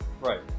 right